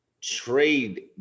trade